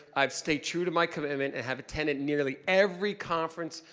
i've stayed true to my commitment and have attended nearly every conference,